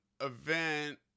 event